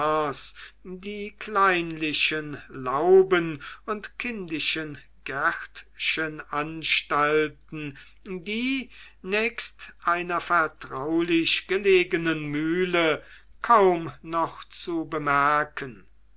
die kleinlichen lauben und kindischen gärtchenanstalten die nächst einer vertraulich gelegenen mühle kaum noch zu bemerken